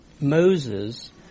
Moses